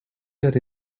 that